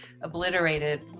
obliterated